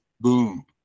Boom